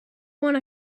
want